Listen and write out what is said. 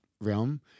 realm